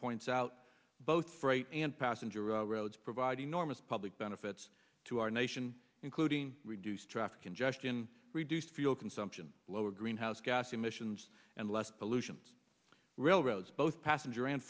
points out both freight and passenger roads provide enormous public benefits to our nation including reduce traffic congestion reduce fuel consumption lower greenhouse gas emissions and less pollution railroads both passenger and